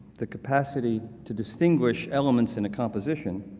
the capacity to distinguish elements in a composition,